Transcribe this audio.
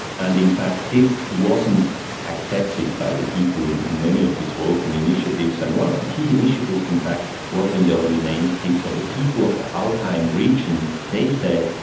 and in fact this wasn't accepted by the people in in many of these votes and initiatives. and one of the key initiatives in fact was in the early ninety s, the people of the alpine region, they said,